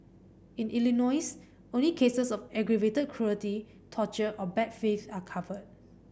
in Illinois only cases of aggravated cruelty torture or bad faith are covered